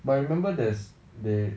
but I remember there's they